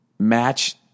match